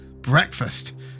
Breakfast